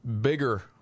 bigger